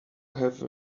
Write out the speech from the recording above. have